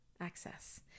access